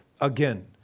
again